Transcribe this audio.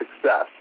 success